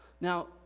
Now